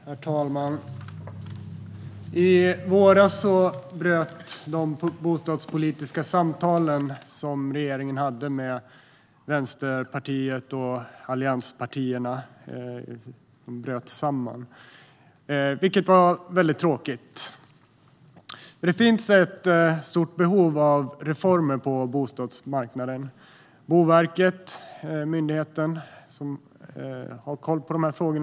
Herr talman! I våras bröt de bostadspolitiska samtal samman som regeringen hade med Vänsterpartiet och allianspartierna, vilket var väldigt tråkigt. Men det finns ett stort behov av reformer på bostadsmarknaden. Boverket är den myndighet som har koll på dessa frågor.